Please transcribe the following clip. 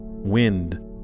Wind